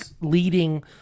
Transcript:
leading